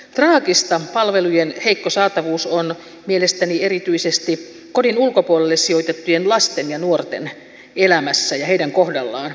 traagista palvelujen heikko saatavuus on mielestäni erityisesti kodin ulkopuolelle sijoitettujen lasten ja nuorten elämässä ja heidän kohdallaan